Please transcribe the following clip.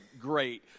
great